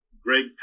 Greg